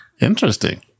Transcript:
Interesting